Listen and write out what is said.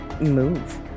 move